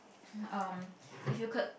um if you could